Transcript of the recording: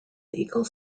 eagle